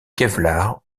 kevlar